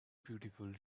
beautiful